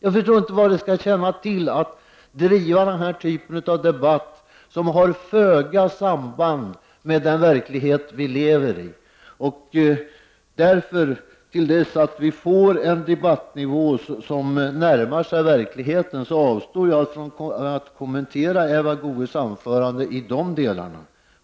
Jag förstår inte vad det skall tjäna till att driva en sådan typ av debatt, som har föga samband med den verklighet som vi lever i. Till dess att vi får en debattnivå som närmar sig verkligheten avstår jag från att kommentera Eva Goés anförande i de delarna.